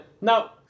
now